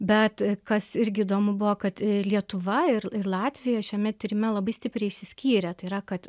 bet kas irgi įdomu buvo kad lietuva ir latvija šiame tyrime labai stipriai išsiskyrė tai yra kad